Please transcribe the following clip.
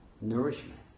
Nourishment